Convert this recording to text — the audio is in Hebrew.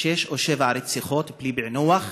שש או שבע רציחות בלי פענוח.